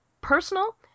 personal